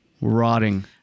rotting